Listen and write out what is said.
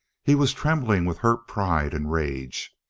he was trembling with hurt pride and rage.